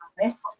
list